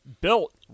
built